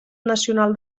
nacional